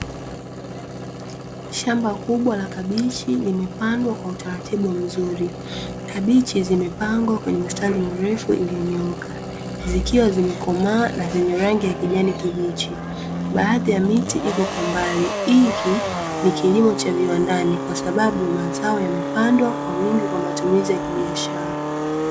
Shamba kubwa la kabichi limepandwa kwa utaratibu mzuri. Kabichi zimepangwa kwenye mistari mirefu iliyonyooka zikiwa zimekomaa na zenye rangi ya kijani kibichi, baadhi ya miti iko kwa mbali. Hiki ni kilimo cha viwandani kwa sababu mazao yamepandwa kwa wingi kwa matumizi ya kibiashara.